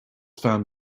found